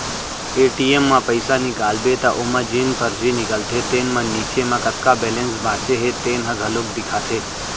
ATM म पइसा निकालबे त ओमा जेन परची निकलथे तेन म नीचे म कतका बेलेंस बाचे हे तेन ह घलोक देखाथे